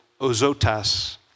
Ozotas